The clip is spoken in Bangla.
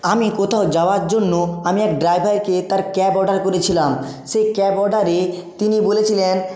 আমি কোথাও যাওয়ার জন্য আমি এক ড্রাইভারকে তার ক্যাব অর্ডার করেছিলাম সে ক্যাব অর্ডারে তিনি বলেছিলেন